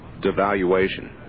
devaluation